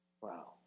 Wow